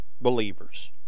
believers